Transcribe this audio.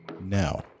Now